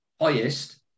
highest